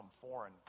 foreign